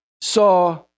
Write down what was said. saw